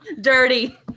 dirty